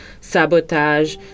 sabotage